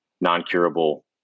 non-curable